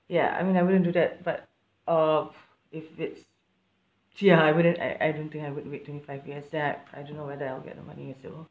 ya I mean I wouldn't do that but uh if it's ya I wouldn't I I don't think I would wait twenty five years that I don't know whether I'll get the money also